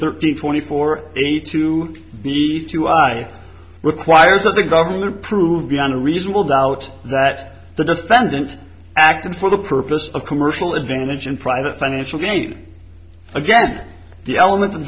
thirty twenty four eighty two need to i require that the government prove beyond a reasonable doubt that the defendant acted for the purpose of commercial advantage and private financial gain against the element